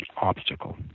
obstacle